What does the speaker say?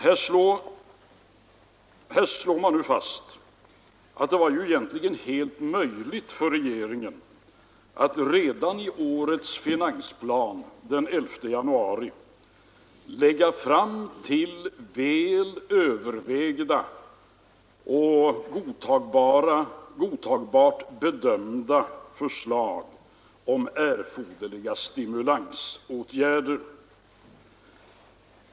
Här slår man nu fast att det egentligen var helt möjligt för regeringen att redan i årets finansplan den 11 januari lägga fram väl övervägda och som godtagbara bedömda förslag om erforderliga stimulansåtgärder.